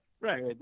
right